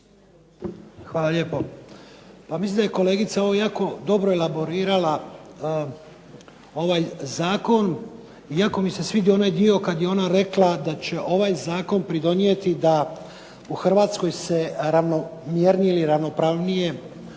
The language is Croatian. Hvala lijepo. Pa mislim da je kolegica ovo jako dobro elaborirala ovaj zakon. Jako mi se svidio onaj dio kad je ona rekla da će ovaj zakon pridonijeti da u Hrvatskoj se ravnomjernije i ravnopravnije